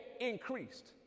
increased